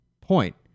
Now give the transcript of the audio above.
point